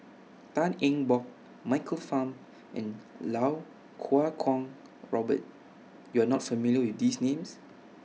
Tan Eng Bock Michael Fam and Lau Kuo Kwong Robert YOU Are not familiar with These Names